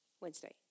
Wednesday